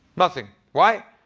nothing. why?